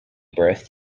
birth